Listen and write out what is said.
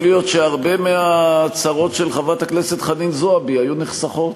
יכול להיות שהרבה מהצרות של חברת הכנסת חנין זועבי היו נחסכות.